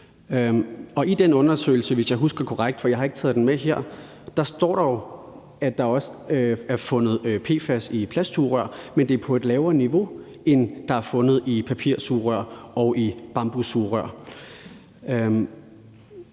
taget den med her, står der jo, at der også er fundet PFAS i plastsugerør, men at det er på et lavere niveau end det, der er fundet i papirsugerør og i bambussugerør.